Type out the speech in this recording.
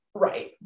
Right